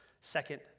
second